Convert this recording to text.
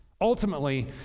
Ultimately